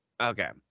okay